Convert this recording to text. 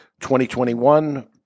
2021